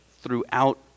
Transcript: throughout